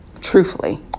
Truthfully